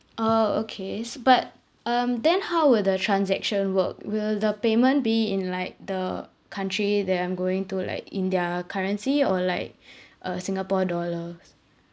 orh okay s~ but um then how would the transaction work will the payment be in like the country that I'm going to like in their currency or like uh singapore dollars